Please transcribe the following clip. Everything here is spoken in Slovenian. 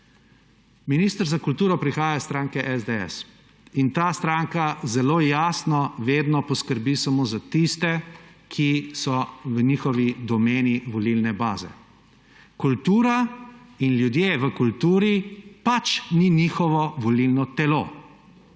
minister za kulturo prihaja iz stranke SDS. Ta stranka zelo jasno vedno poskrbi samo za tiste, ki so v njihovi domeni volilne baze. Kultura in ljudje v kulturi pač niso njihovo volilno telo.